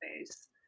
face